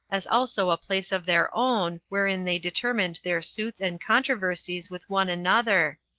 as also a place of their own, wherein they determined their suits and controversies with one another.